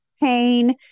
pain